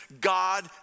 God